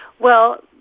well,